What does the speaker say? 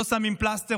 לא שמים פלסטר,